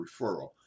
referral